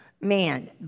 Man